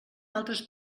altres